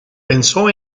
pensó